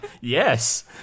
yes